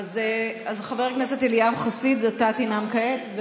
אז חבר הכנסת אליהו חסיד, אתה תנאם כעת,